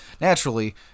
naturally